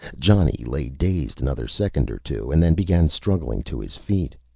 johnny lay dazed another second or two and then began struggling to his feet.